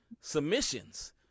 submissions